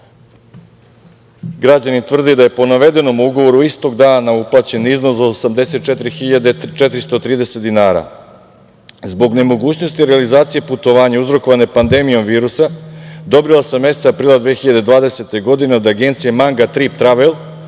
tvrdi da je po navedenom ugovoru istog dana uplaćen iznos od 84.430 dinara. Zbog nemogućnosti organizacije putovanja uzrokovane pandemijom virusa, dobio sam meseca aprila 2020. godine od agencije „Manga trip travel“